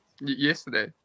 yesterday